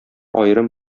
аерым